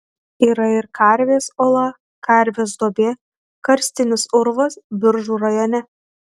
yra ir karvės ola karvės duobė karstinis urvas biržų rajone